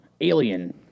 alien